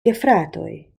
gefratoj